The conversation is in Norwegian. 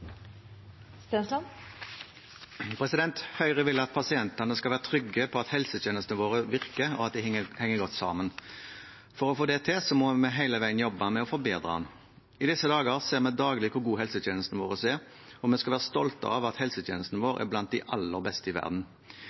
Høyre vil at pasientene skal være trygge på at helsetjenesten vår virker, og at den henger godt sammen. For å få det til må vi hele veien jobbe med å forbedre den. I disse dager ser vi daglig hvor god helsetjenesten vår er, og vi skal være stolte av at helsetjenesten vår er blant de aller beste i verden.